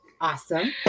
Awesome